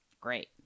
Great